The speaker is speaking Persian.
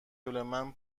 جلومن